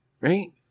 right